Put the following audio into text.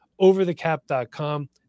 overthecap.com